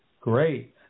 Great